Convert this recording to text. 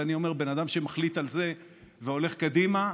אני אומר: בן אדם שמחליט את זה והולך קדימה,